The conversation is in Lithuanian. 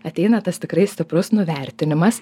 ateina tas tikrai stiprus nuvertinimas